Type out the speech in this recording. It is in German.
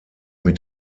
mit